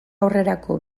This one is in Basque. aurrerako